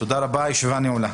תודה רבה, הישיבה נעולה.